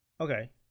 okay